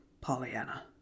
Pollyanna